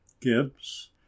Gibbs